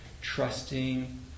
trusting